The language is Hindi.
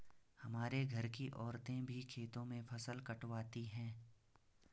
हमारे घर की औरतें भी खेतों में फसल कटवाती हैं